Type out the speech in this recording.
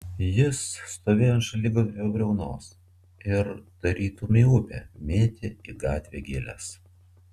jis stovėjo ant šaligatvio briaunos ir tarytum į upę mėtė į gatvę gėles